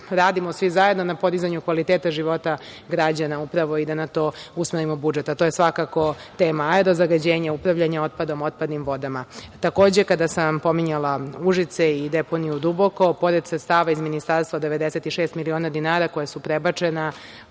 radimo svi zajedno na podizanju kvaliteta života građana upravo i da na to usmerimo budžet, a to je svakako tema aero-zagađenja, upravljanja otpadom, otpadnim vodama. Takođe, kada sam vam pominjala Užice i deponiju Duboko, pored sredstava iz Ministarstva, 96 miliona dinara koja su prebačena